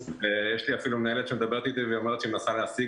יש לי אפילו מנהלת שאומרת לי שהיא מנסה להשיג